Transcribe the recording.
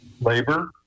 labor